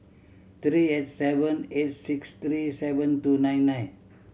three eight seven eight six three seven two nine nine